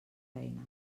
feina